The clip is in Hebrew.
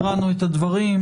קראנו את הדברים,